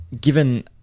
given